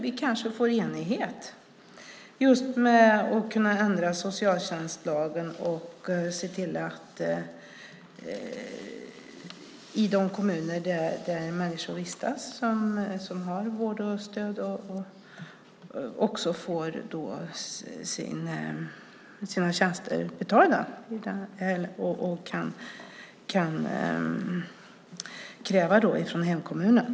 Vi kanske får enighet om att ändra i socialtjänstlagen och se till att människor som har stöd får sina tjänster betalda och också kan kräva det från hemkommunen.